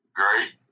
great